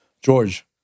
George